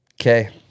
Okay